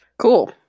Cool